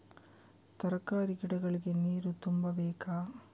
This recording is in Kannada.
ತರಕಾರಿ ಗಿಡಗಳಿಗೆ ನೀರು ತುಂಬಬೇಕಾ?